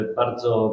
bardzo